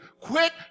Quit